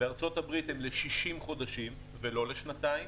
בארצות הברית הם ל-60 חודשים, לא לשנתיים,